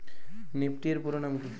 Nifty এর পুরোনাম কী?